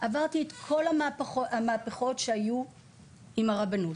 עברתי את כל המהפכות שהיו עם הרבנות,